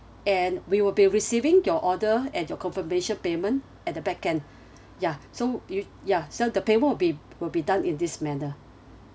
and we will be receiving your order and your confirmation payment at the back end ya so you ya so the payment will be will be done in this manner